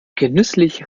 genüsslich